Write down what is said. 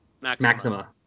Maxima